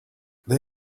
they